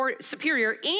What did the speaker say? superior